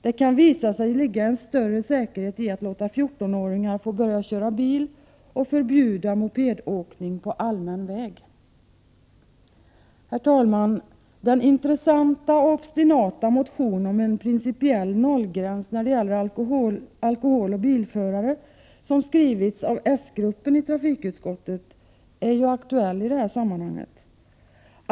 ——— Det kan visa sig ligga en större säkerhet i att låta 14-åringar få börja köra bil, och förbjuda mopedåkning på allmän väg ———.” Den intressanta och obstinata motion om en principiell nollgräns när det gäller alkohol och bilförare som skrivits av s-gruppen i trafikutskottet är ju aktuell i det här sammanhanget.